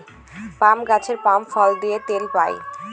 পাম গাছের পাম ফল থেকে তেল পাই